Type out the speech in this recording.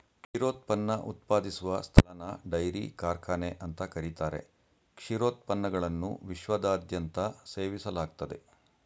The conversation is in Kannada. ಕ್ಷೀರೋತ್ಪನ್ನ ಉತ್ಪಾದಿಸುವ ಸ್ಥಳನ ಡೈರಿ ಕಾರ್ಖಾನೆ ಅಂತ ಕರೀತಾರೆ ಕ್ಷೀರೋತ್ಪನ್ನಗಳನ್ನು ವಿಶ್ವದಾದ್ಯಂತ ಸೇವಿಸಲಾಗ್ತದೆ